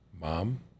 mom